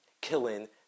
killing